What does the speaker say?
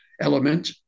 element